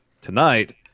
tonight